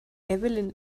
evelyn